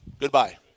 Goodbye